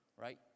right